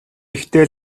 ихтэй